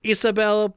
Isabel